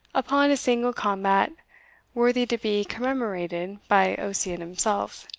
upon a single combat worthy to be commemorated by ossian himself,